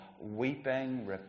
weeping